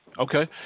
Okay